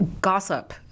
gossip